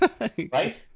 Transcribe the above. Right